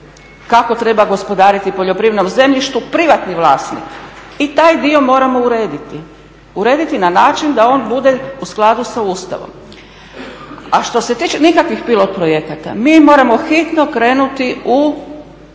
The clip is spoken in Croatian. kako treba gospodariti poljoprivrednim zemljištem privatni vlasnik. I taj dio moramo urediti, urediti na način da on bude u skladu sa Ustavom. A što se tiče, nikakvih pilot projekata, mi moramo hitno krenuti u